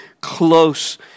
close